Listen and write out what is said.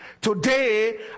Today